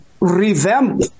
revamp